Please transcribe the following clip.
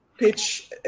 pitch